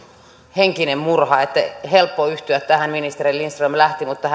henkinen murha on helppo yhtyä tähän ministeri lindström lähti mutta